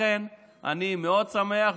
לכן אני מאוד שמח,